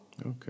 Okay